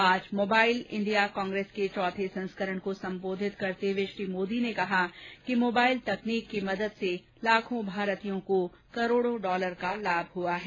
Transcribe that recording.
आज India Mobile Congress के चौथे संस्करण को संबोधित करते हए श्री मोदी ने कहा कि मोबाइल तकनीक की मदद से लाखों भारतीयों को करोड़ों डॉलर का लाभ हुआ है